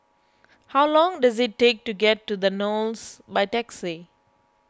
how long does it take to get to the Knolls by taxi